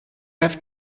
have